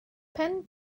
pen